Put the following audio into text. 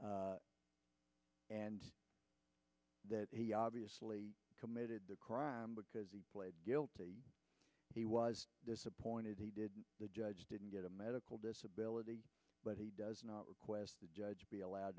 and that he obviously committed the crime because he pled guilty he was disappointed he didn't the judge didn't get a medical disability but he does not request the judge be allowed